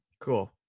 Cool